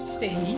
say